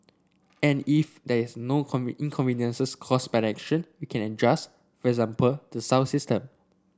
and if there is no inconveniences caused by that action we can in adjust for example the sound system